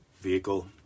vehicle